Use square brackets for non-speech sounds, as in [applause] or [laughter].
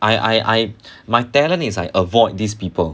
I I I [breath] my talent is I avoid these people